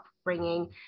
upbringing